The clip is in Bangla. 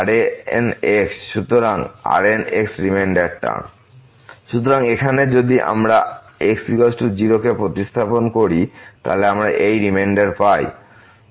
fn1x0θx x0 সুতরাং এখানে যদি আমরা x0 0 কে প্রতিস্থাপন করি তাহলে আমরা এই রিমেইন্ডার পাই Rnxxn1n1